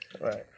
Right